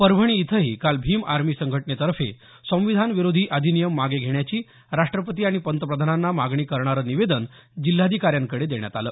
परभणी इथही काल भीम आर्मी संघटनेतर्फे संविधान विरोधी अधिनियम मागे घेण्याची राष्ट्रपती आणि पंतप्रधानांना मागणी करणारं निवेदन जिल्हाधिकाऱ्यांकडे देण्यात आलं